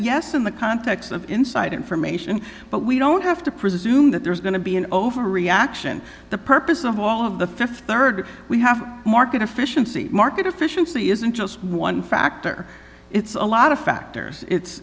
yes in the context of inside information but we don't have to presume that there is going to be an overreaction the purpose of all of the th rd we have market efficiency market efficiency isn't just one factor it's a lot of factors it's